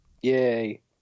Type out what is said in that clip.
Yay